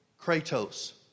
kratos